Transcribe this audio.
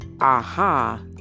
aha